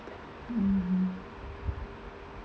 mmhmm